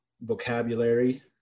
vocabulary